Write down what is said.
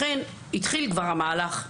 לכן התחיל כבר מהלך,